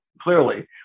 clearly